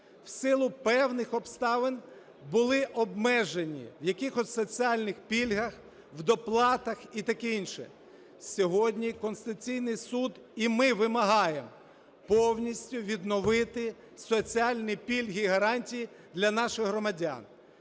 в силу певних обставин були обмежені в якихось соціальних пільгах, доплатах і таке інше. Сьогодні Конституційний Суд і ми вимагаємо повністю відновити соціальні пільги і гарантії для наших громадян.